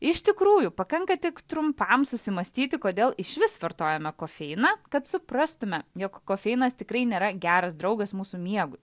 iš tikrųjų pakanka tik trumpam susimąstyti kodėl išvis vartojame kofeiną kad suprastume jog kofeinas tikrai nėra geras draugas mūsų miegui